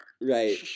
Right